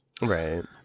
Right